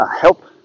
help